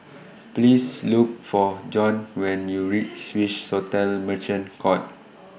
Please Look For Bjorn when YOU REACH Swissotel Merchant Court